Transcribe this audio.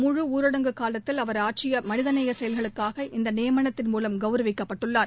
முழு ஊரடங்கு காலத்தில் அவர் ஆற்றியமனிதநேயசெயல்களுக்காக இந்தநியமனத்தின் மூலம் கௌரவிக்கப்பட்டுள்ளார்